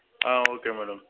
okay madam